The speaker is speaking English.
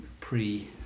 Pre